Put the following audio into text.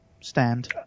stand